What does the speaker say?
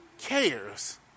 cares